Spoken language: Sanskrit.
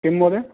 किं महोदय